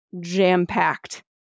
jam-packed